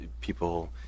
people